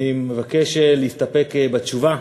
אני מבקש להסתפק בתשובה,